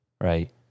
right